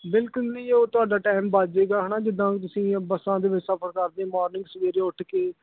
ਬਿਲਕੁਲ ਜੀ ਉਹ ਤੁਹਾਡਾ ਟਾਈਮ ਬਚ ਜਾਏਗਾ ਹੈ ਨਾ ਜਿੱਦਾਂ ਵੀ ਤੁਸੀਂ ਬੱਸਾਂ ਦੇ ਵਿੱਚ ਸਫ਼ਰ ਕਰਦੇ ਮਾਰਨਿੰਗ ਸਵੇਰੇ ਉੱਠ ਕੇ